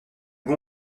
bon